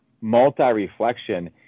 multi-reflection